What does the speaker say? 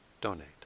donate